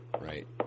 Right